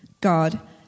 God